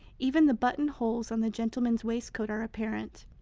even the buttonholes on the gentleman's waistcoat are apparent.